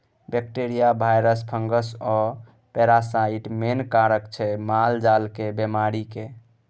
bacteria, virus, fungus आ parasite main कारक छै मालजालक बेमारीक